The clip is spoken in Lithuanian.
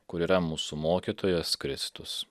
kur yra mūsų mokytojas kristus